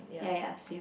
ya ya same